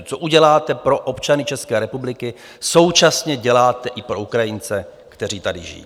Co uděláte pro občany České republiky, současně děláte i pro Ukrajince, kteří tady žijí.